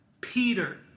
Peter